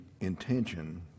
intention